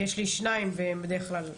יש לי שניים והם בדרך כלל עסוקים,